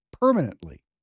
permanently